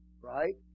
right